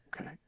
Okay